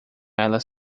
elas